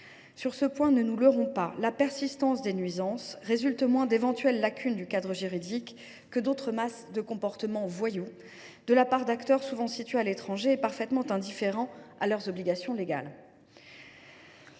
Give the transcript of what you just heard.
Sur ce point, ne nous leurrons pas : la persistance des nuisances résulte moins d’éventuelles lacunes du cadre juridique que d’une masse de comportements voyous de la part d’acteurs souvent situés à l’étranger et parfaitement indifférents à leurs obligations légales.